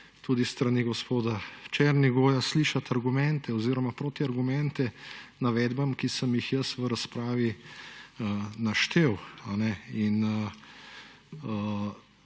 tudi s strani gospoda Černigoja slišati argumente oziroma proti argumente navedbam, ki sem jih jaz v razpravi naštel